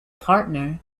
partner